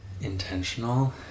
intentional